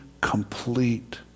complete